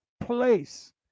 place